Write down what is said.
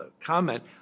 comment